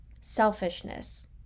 selfishness